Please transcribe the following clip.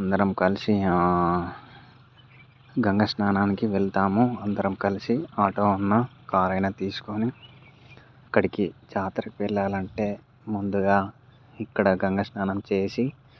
అందరం కలిసి గంగ స్నానానికి వెళ్తాము అందరం కలిసి ఆటో అన్నా కారు అయినా తీసుకొని అక్కడికి జాతరకు వెళ్ళాలంటే ముందుగా ఇక్కడ గంగ స్నానం చేసి